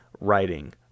writing